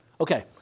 Okay